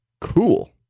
cool